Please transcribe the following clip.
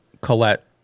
Colette